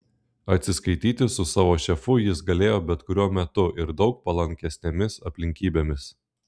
atsiskaityti su savo šefu jis galėjo bet kuriuo metu ir daug palankesnėmis aplinkybėmis